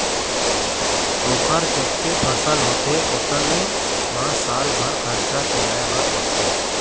ओखर जतके फसल होथे ओतने म साल भर खरचा चलाए बर परथे